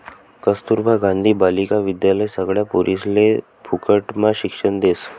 कस्तूरबा गांधी बालिका विद्यालय सगळ्या पोरिसले फुकटम्हा शिक्षण देस